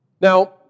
Now